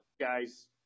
guys